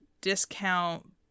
discount